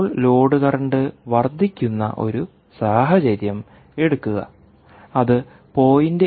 ഇപ്പോൾ load current വർദ്ധിക്കുന്ന ഒരു സാഹചര്യം എടുക്കുക അത് 0